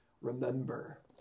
remember